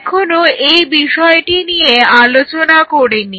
আমরা এখনো এই বিষয়টি নিয়ে আলোচনা করিনি